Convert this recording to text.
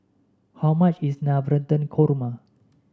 how much is Navratan Korma